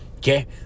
Okay